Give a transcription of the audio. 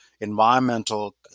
environmental